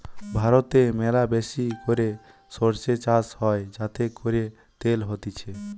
ভারতে ম্যালাবেশি করে সরষে চাষ হয় যাতে করে তেল হতিছে